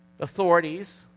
authorities